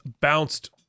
bounced